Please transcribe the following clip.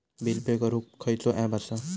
Bill pay करूक खैचो app असा?